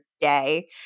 day